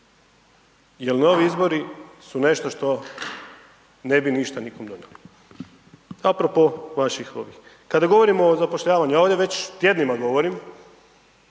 jel novi izbori su nešto što ne bi ništa nikom donijeli apro po ovih vaših ovih. Kada govorimo o zapošljavanju, ja ovdje već tjednima govorim